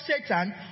Satan